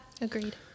Agreed